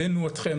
הבאנו אותכם,